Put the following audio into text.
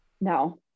No